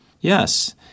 Yes